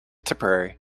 tipperary